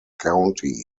county